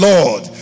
Lord